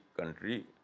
country